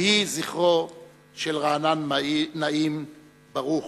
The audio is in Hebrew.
יהי זכרו של רענן נעים ברוך,